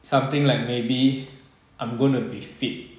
something like maybe I'm gonna be fit